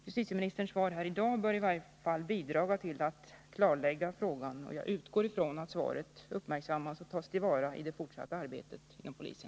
Justitieministerns svar här i dag bör i varje fall bidra till att klarlägga frågan. Jag utgår ifrån att svaret uppmärksammas och tas till vara i det fortsatta arbetet inom polisen.